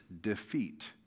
defeat